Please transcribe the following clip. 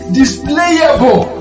displayable